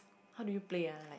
how do you play ah like